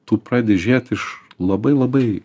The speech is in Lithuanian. tu pradedi žiūrėt iš labai labai